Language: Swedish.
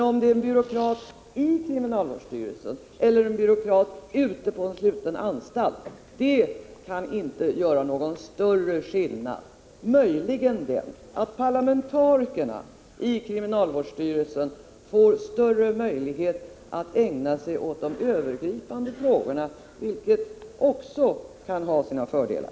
Om det är en byråkrat i kriminalvårdsstyrelsen eller en byråkrat ute på en sluten anstalt som fattar besluten kan inte göra någon större skillnad — möjligen den att parlamentarikerna i kriminalvårdsstyrelsens styrelse får större möjlighet att ägna sig åt de övergripande frågorna, vilket också kan ha sina fördelar.